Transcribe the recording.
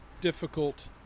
difficult